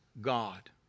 God